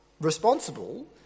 responsible